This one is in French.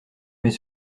mais